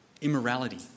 immorality